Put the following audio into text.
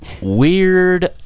Weird